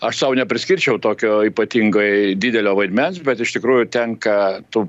aš sau nepriskirčiau tokio ypatingai didelio vaidmens bet iš tikrųjų tenka tų